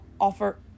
offer